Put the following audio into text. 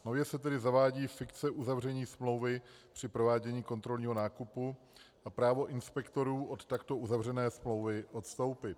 Nově se tedy zavádí fikce uzavření smlouvy při provádění kontrolního nákupu a právo inspektorů od takto uzavřené smlouvy odstoupit.